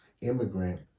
Immigrant